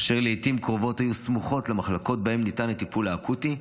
אשר לעיתים קרובות היו סמוכות למחלקות שבהן ניתן הטיפול האקוטי,